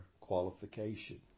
qualification